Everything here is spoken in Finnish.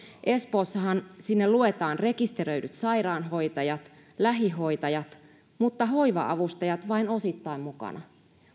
espoossahan sinne luetaan rekisteröidyt sairaanhoitajat lähihoitajat mutta hoiva avustajat ovat vain osittain mukana